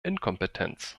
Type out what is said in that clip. inkompetenz